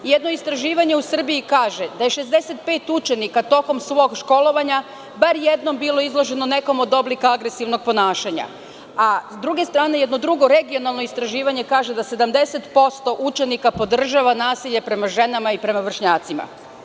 Jedno istraživanje u Srbiji kaže da je 65 učenika tokom svog školovanja bar jednom bilo izloženo nekom od oblika agresivnog ponašanja, a sa druge strane, jedno drugo regionalno istraživanje kaže da 70% učenika podržava nasilje prema ženama i prema vršnjacima.